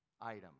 item